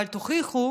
אבל תוכיחו